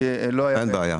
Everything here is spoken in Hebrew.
כי לא היה --- אין בעיה.